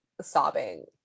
sobbing